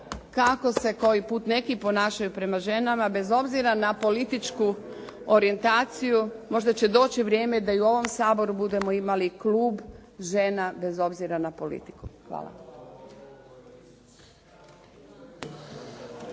kako se koji put neki ponašaju prema ženama bez obzira na političku orijentaciju, možda će doći vrijeme da i u ovom Saboru budemo imali klub žena bez obzira na politiku. Hvala.